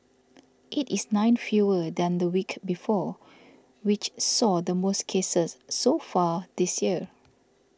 it is nine fewer than the week before which saw the most cases so far this year